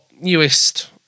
newest